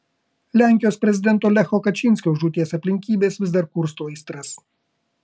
lenkijos prezidento lecho kačynskio žūties aplinkybės vis dar kursto aistras